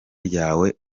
ryawe